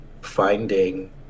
finding